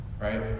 Right